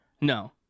No